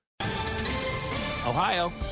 Ohio